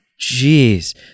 Jeez